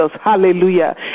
hallelujah